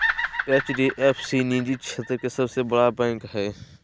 HDF सी निजी क्षेत्र के सबसे बड़ा बैंक हय